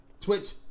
Twitch